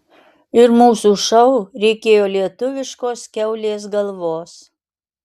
ir mūsų šou reikėjo lietuviškos kiaulės galvos